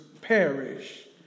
perish